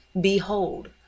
Behold